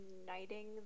uniting